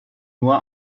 nur